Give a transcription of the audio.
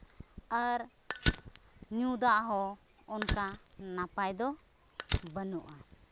ᱟᱨ ᱧᱩ ᱫᱟᱜ ᱦᱚᱸ ᱚᱱᱠᱟ ᱱᱟᱯᱟᱭ ᱫᱚ ᱵᱟᱹᱱᱩᱜᱼᱟ